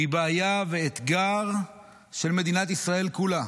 היא בעיה ואתגר של מדינת ישראל כולה,